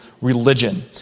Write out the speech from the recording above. Religion